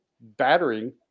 battering